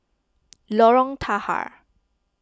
Lorong Tahar